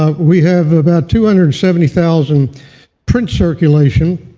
ah we have about two hundred and seventy thousand print circulation,